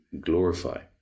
glorify